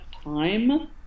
time